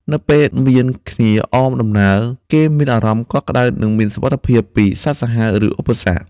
នៅពេលមានគ្នាអមដំណើរ គេមានអារម្មណ៍កក់ក្ដៅ និងមានសុវត្ថិភាពពីសត្វសាហាវ ឬឧបសគ្គ។